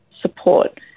support